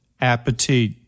appetite